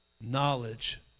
knowledge